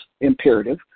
imperative